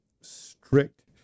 strict